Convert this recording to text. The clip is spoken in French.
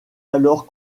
alors